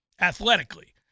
athletically